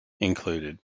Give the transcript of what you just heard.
included